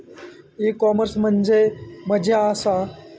E commerce म्हणजे मझ्या आसा?